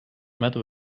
matter